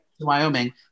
Wyoming